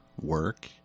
work